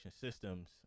systems